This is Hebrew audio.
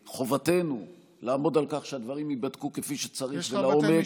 חובתנו לעמוד על כך שהדברים ייבדקו כפי שצריך לעומק.